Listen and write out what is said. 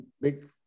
big